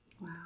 Wow